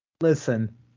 listen